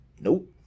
nope